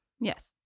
Yes